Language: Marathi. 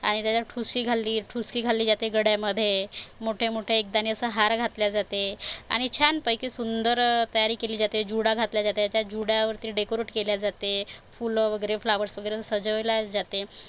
आणि त्याच्यावर ठुशी घातली ठुस्की घातली जाते गळ्यामध्ये मोठेमोठे एकदाणी असं हार घातला जाते आणि छानपैकी सुंदर तयारी केली जाते जुडा घातला जाते त्या जूड्यावरती डेकोरेट केला जाते फुलं वगैरे फ्लॉवर्स वगैरे सजवल्या जाते